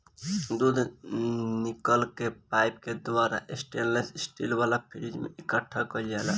दूध निकल के पाइप के द्वारा स्टेनलेस स्टील वाला फ्रिज में इकठ्ठा कईल जाला